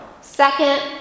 Second